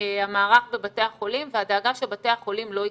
המערך בבתי החולים והדאגה שבתי החולים לא יקרסו.